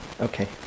okay